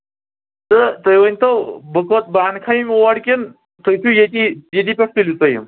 تہٕ تُہۍ ؤنۍتو بہٕ کوٚت بہٕ اَنکھا یِم اور کِنہٕ تُہۍ چھُو ییٚتی ییٚتی پٮ۪ٹھ تُلِو تُہۍ یِم